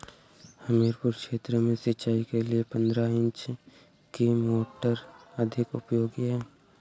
हमीरपुर क्षेत्र में सिंचाई के लिए पंद्रह इंची की मोटर अधिक उपयोगी है?